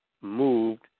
moved